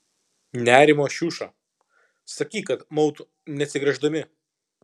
nerimo šiuša sakyk kad mautų neatsigręždami